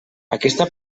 aquesta